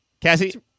Cassie